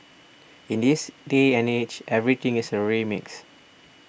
in this day and age everything is a remix